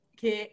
che